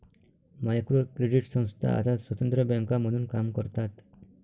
micro credit संस्था आता स्वतंत्र बँका म्हणून काम करतात